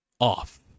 off